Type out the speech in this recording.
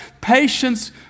patience